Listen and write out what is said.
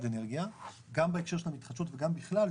אנרגיה גם בהקשר של המתחדשות וגם בכלל,